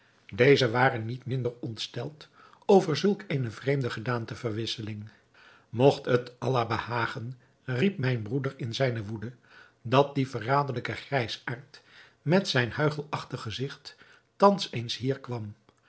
deze waren niet minder ontsteld over zulk eene vreemde gedaante verwisseling mogt het allah behagen riep mijn broeder in zijne woede dat die verraderlijke grijsaard met zijn huichelachtig gezigt thans eens hier kwam